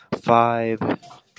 five